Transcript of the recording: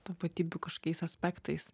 tapatybių kažkokiais aspektais